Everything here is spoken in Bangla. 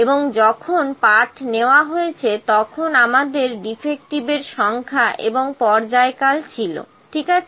এবং যখন পাঠ নেওয়া হয়েছে তখন আমাদের ডিফেক্টিভের সংখ্যা এবং পর্যায়কাল ছিল ঠিক আছে